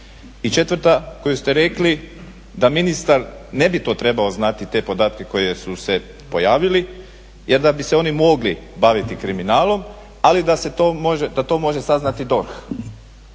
I 4. koju ste rekli da ministar ne bi to trebao znati te podatke koje su se pojavili jer da bi se oni mogli baviti kriminalom ali da to može saznati DORH.